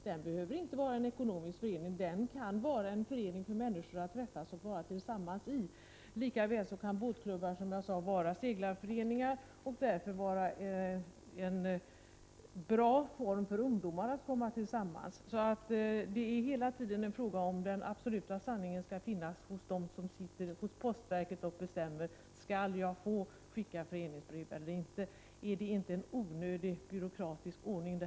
Den behöver inte vara en ekonomisk förening. Den kan vara en förening för att människorna skall träffas och vara tillsammans. Lika väl kan båtklubbar, som jag sade, vara seglarföreningar och utgöra en bra form för ungdomar att komma tillsammans. Det är hela tiden frågan om huruvida den absoluta sanningen finns hos dem som sitter i postverket och bestämmer vilka som skall få skicka föreningsbrev och vilka som inte skall få göra det. Är inte detta en onödig byråkratisk ordning?